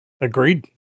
Agreed